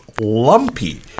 lumpy